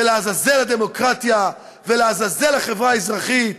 ולעזאזל הדמוקרטיה, ולעזאזל החברה האזרחית,